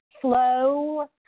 flow